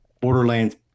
Borderlands